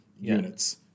units